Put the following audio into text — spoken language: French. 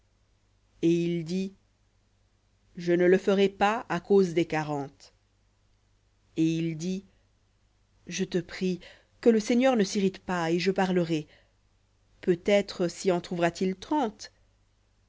et il dit je ne le ferai pas à cause des quarante et il dit je te prie que le seigneur ne s'irrite pas et je parlerai peut-être s'y en trouvera-t-il trente